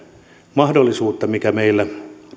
mahdollisuutta mikä meillä